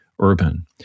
urban